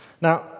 Now